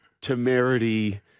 temerity